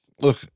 look